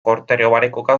korteriomanikuga